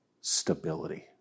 stability